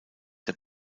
der